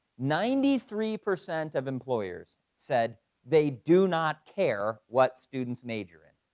ninety three percent of employers said they do not care what students major in.